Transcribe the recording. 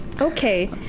okay